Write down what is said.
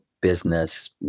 business